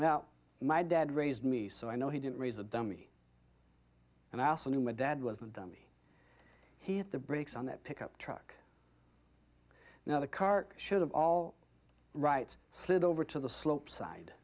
now my dad raised me so i know he didn't raise a dummy and i also knew my dad was a dummy he had the brakes on that pickup truck now the car should have all right slid over to the slope side